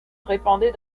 répandait